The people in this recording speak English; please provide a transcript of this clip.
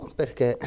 perché